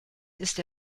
ist